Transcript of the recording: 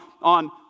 on